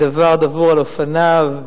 דבר דבור על אופניו,